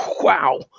wow